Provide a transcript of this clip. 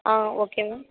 ah okay ma'am